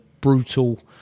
brutal